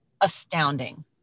astounding